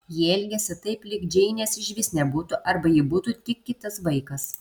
ji elgėsi taip lyg džeinės išvis nebūtų arba ji būtų tik kitas vaikas